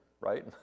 right